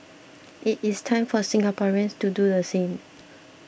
it is time for Singaporeans to do the same